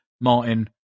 martin